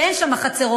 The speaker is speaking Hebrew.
שאין שם חצרות,